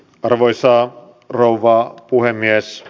arvoisa rouva puhemies